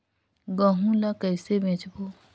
गहूं ला कइसे बेचबो?